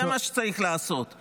זה מה שצריך לעשות,